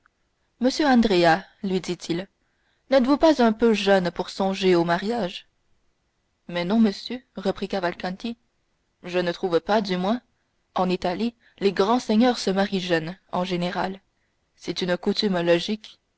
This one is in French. andrea lui dit-il n'êtes-vous pas un peu jeune pour songer au mariage mais non monsieur reprit cavalcanti je ne trouve pas du moins en italie les grands seigneurs se marient jeunes en général c'est une coutume logique